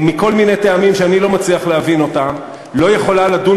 מכל מיני טעמים שאני לא מצליח להבין לא יכולה לדון